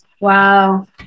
Wow